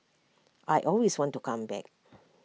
I always want to come back